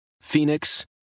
Phoenix